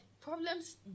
problems